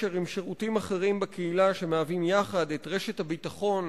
מי שרוצה להוריד את הנושא מסדר-היום,